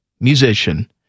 musician